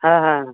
ᱦᱮᱸ ᱦᱮᱸ ᱦᱮᱸ